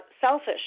Selfish